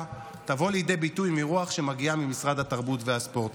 תבוא לידי ביטוי מרוח שמגיעה ממשרד התרבות והספורט,